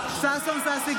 (קוראת בשמות חברי הכנסת) ששון ששי גואטה,